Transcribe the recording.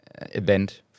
event